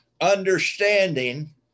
understanding